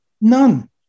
none